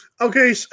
Okay